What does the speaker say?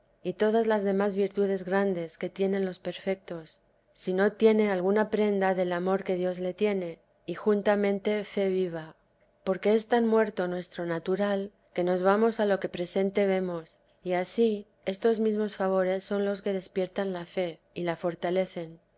y todas las demás virtudes grandes que tienen los perfetos si no tiene alguna prenda del amor que dios le tiene y juntamente fe viva porque están muerto nuestro natural que nos vamos a lo que presente vemos y ansí estos mesmos favores son los que despiertan la fe y la fortalecen